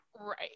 Right